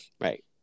right